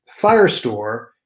Firestore